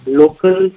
local